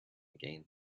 again